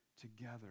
together